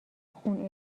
خون